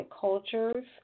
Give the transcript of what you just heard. cultures